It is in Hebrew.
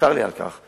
צר לי על כך.